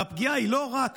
והפגיעה היא לא רק